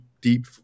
deep